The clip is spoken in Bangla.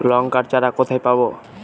লঙ্কার চারা কোথায় পাবো?